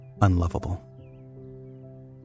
unlovable